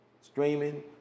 streaming